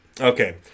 Okay